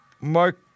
Mark